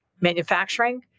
manufacturing